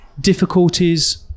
difficulties